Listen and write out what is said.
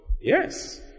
Yes